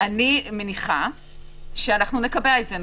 אני מניחה שנקבע את זה.